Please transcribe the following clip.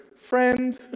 friend